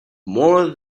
more